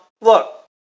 Look